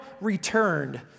returned